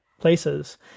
places